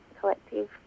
Collective